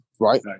right